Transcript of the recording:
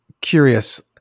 curious